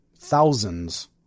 Thousands